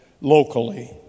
locally